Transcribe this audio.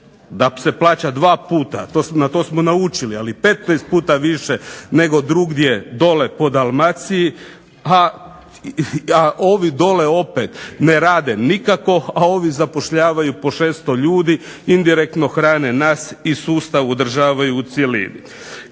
da se plaća dva puta, na to smo naučili, ali 15 puta više nego drugdje dolje po Dalmaciji, a ovi dolje opet ne rade nikakvo, a ovi zapošljavaju po 600 ljudi, indirektno hrane nas i sustav održavaju u cjelini.